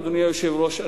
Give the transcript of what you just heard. אדוני היושב-ראש,